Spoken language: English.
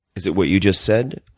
is it what you just said?